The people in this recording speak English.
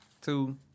two